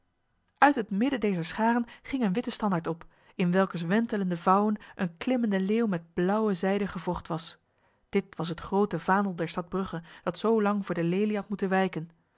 uit het midden dezer scharen ging een witte standaard op in welkers wentelende vouwen een klimmende leeuw met blauwe zijde gewrocht was dit was het grote vaandel der stad brugge dat zo lang voor de lelie had moeten wijken